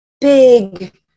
Big